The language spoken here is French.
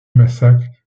massacre